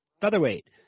featherweight